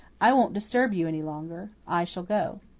i won't disturb you any longer. i shall go.